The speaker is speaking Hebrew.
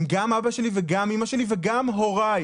הם גם אבא שלי וגם אימא שלי וגם הוריי.